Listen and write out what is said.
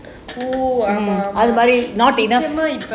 ஆமா ஆமா:aamaa aamaa